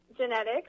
genetics